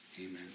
Amen